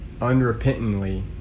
unrepentantly